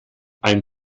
ein